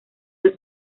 del